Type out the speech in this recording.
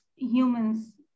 Humans